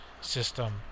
system